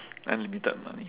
unlimited money